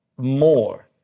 more